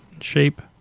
shape